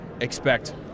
expect